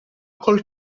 col